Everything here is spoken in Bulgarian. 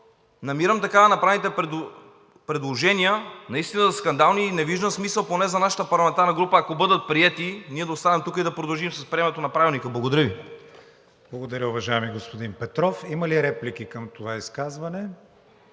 намирам така направените предложения наистина за скандални и не виждам смисъл поне за нашата парламентарна група, ако бъдат приети, ние да останем тук и да продължим с приемането на Правилника. Благодаря Ви. ПРЕДСЕДАТЕЛ КРИСТИАН ВИГЕНИН: Благодаря, уважаеми господин Петров. Има ли реплики към това изказване?